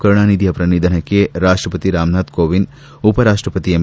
ಕರುಣಾನಿಧಿ ಅವರ ನಿಧನಕ್ಕೆ ರಾಷ್ಟಪತಿ ರಾಮನಾಥ್ ಕೋವಿಂದ್ ಉಪರಾಷ್ಟಪತಿ ಎಂ